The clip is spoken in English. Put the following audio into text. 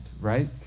right